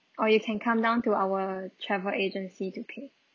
or you can come down to our travel agency to pay